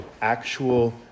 actual